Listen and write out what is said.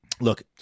Look